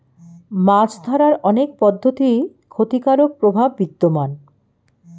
মাছ ধরার অনেক পদ্ধতির ক্ষতিকারক প্রভাব বিদ্যমান